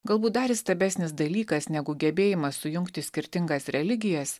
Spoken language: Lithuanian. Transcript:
galbūt dar įstabesnis dalykas negu gebėjimas sujungti skirtingas religijas